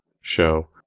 show